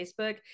Facebook